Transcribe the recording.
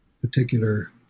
particular